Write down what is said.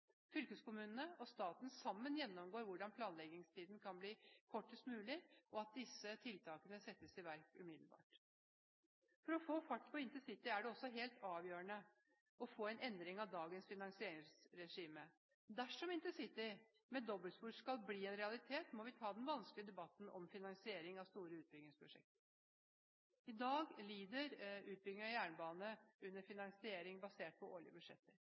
fylkeskommunene og staten sammen gjennomgår hvordan planleggingstiden kan bli kortest mulig, og at disse tiltakene settes i verk umiddelbart. For å få fart på intercity er det også helt avgjørende å få en endring av dagens finansieringsregime. Dersom intercity med dobbeltspor skal bli en realitet, må vi ta den vanskelige debatten om finansiering av store utbyggingsprosjekter. I dag lider utbygging av jernbane under en finansiering basert på årlige budsjetter.